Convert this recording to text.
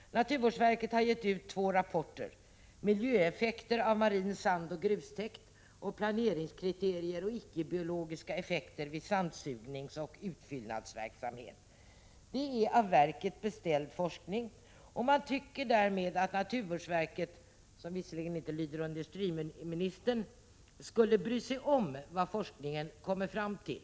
Naturvårdsverket har gett ut två rapporter: ”Miljöeffekter av marin sandoch grustäkt” och ”Planeringskriterier och icke-biologiska effekter vid sandsugningsoch utfyllnadsverksamhet”. Det är av verket beställd forskning. Man tycker därför att naturvårdsverket, som visserligen inte lyder under industriministern, skulle bry sig om vad forskningen kommer fram till.